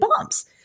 bombs